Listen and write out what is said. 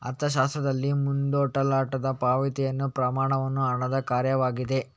ಅರ್ಥಶಾಸ್ತ್ರದಲ್ಲಿ, ಮುಂದೂಡಲ್ಪಟ್ಟ ಪಾವತಿಯ ಪ್ರಮಾಣವು ಹಣದ ಕಾರ್ಯವಾಗಿದೆ